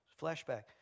flashback